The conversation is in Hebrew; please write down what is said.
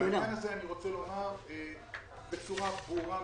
פה מדובר על היררכיה,